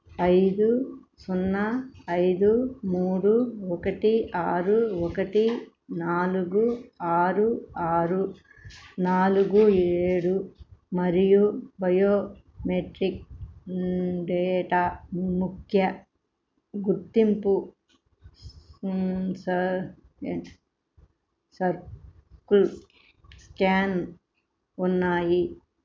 ఐదు సున్నా ఐదు మూడు ఒకటి ఆరు ఒకటి నాలుగు ఆరు ఆరు నాలుగు ఏడు మరియు బయోమెట్రిక్ డేటా ముఖ్య గుర్తింపు సా సా సర్ కుల్ స్కాన్ ఉన్నాయి